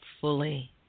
Fully